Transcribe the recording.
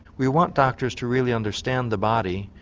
we want doctors to really understand the body,